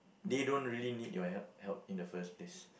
they don't really need your help help in the first place